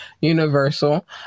Universal